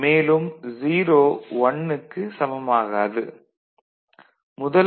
மேலும் 0 1க்கு சமமானது கிடையாது